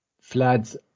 floods